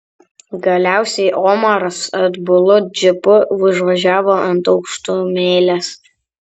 galiausiai omaras atbulu džipu užvažiavo ant aukštumėlės